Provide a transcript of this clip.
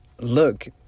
look